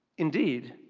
indeed,